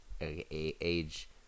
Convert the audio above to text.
age –